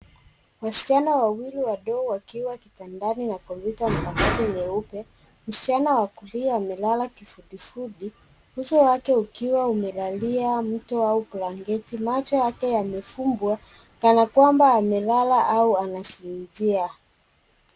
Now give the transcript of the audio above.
Wasichana wawili wadogo wakiwa kitandani na kompyuta mpakato nyeupe msichana wa kulia amelala kifudifudi uso wake ukiwa umelalia mtu au blanketi macho yake yamefungwa kana kwamba amelala au anasinzia.